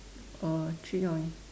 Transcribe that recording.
oh three or